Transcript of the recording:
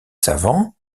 savants